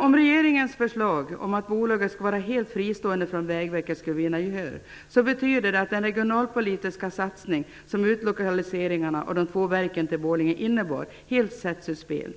Om regeringens förslag om att bolaget skall vara helt fristående från Vägverket skulle vinna gehör, betyder det att den regionalpolitiska satsning som utlokaliseringen till Borlänge av de två verken innebar helt sätts ur spel.